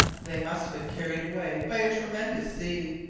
they must have been carried away by a tremendous sea,